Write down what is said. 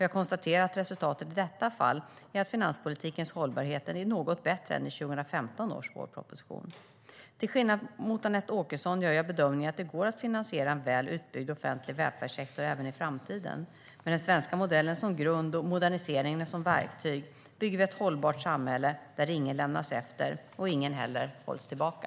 Jag konstaterar att resultatet i detta fall är att finanspolitikens hållbarhet är något bättre än i 2015 års vårproposition. Till skillnad från Anette Åkesson gör jag bedömningen att det går att finansiera en väl utbyggd offentlig välfärdssektor även i framtiden. Med den svenska modellen som grund och moderniseringen som verktyg bygger vi ett hållbart samhälle där ingen lämnas efter och ingen hålls tillbaka.